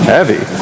Heavy